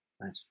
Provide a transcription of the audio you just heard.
Nice